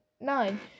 nine